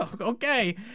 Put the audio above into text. okay